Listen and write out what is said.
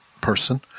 person